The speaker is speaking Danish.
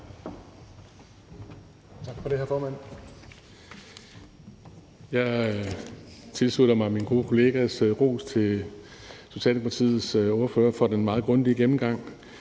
Jeg tilslutter mig min gode kollegas ros af Socialdemokratiets ordfører for den meget grundige gennemgang.